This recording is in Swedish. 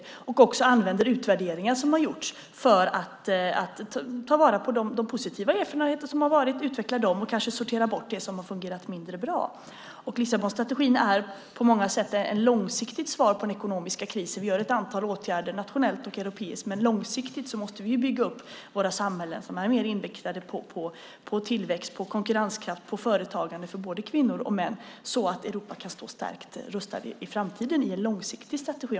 Vidare gäller det att använda den utvärdering som gjorts för att ta vara på de positiva erfarenheterna och utveckla dem samt kanske sortera bort det som fungerat mindre bra. Lissabonstrategin är på många sätt ett långsiktigt svar på den ekonomiska krisen. Vi vidtar ett antal åtgärder nationellt och europeiskt. Men långsiktigt måste vi bygga upp våra samhällen så att de är mer inriktade på tillväxt, konkurrenskraft och företagande för både kvinnor och män och så att Europa i framtiden kan stå starkt rustat med en långsiktig strategi.